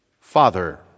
Father